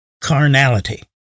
carnality